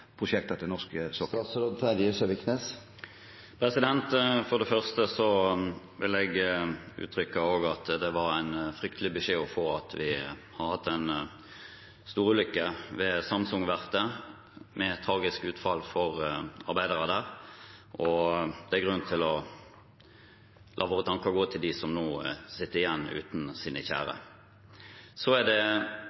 prosjekter til norsk sokkel? For det første vil også jeg uttrykke at det var en fryktelig beskjed å få at vi har hatt en storulykke ved Samsung-verftet med tragisk utfall for arbeidere der, og det er grunn til å la våre tanker gå til dem som nå sitter igjen uten sine kjære.